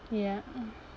ya mm